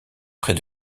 près